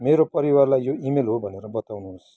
मेरो परिवारलाई यो इ मेल हो भनेर बताउनुहोस्